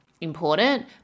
important